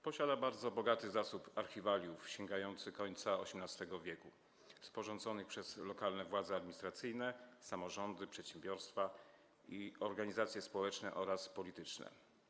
Posiada bardzo bogaty zasób archiwaliów sięgających końca XVIII w., sporządzonych przez lokalne władze administracyjne, samorządy, przedsiębiorstwa i organizacje społeczne oraz polityczne.